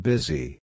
Busy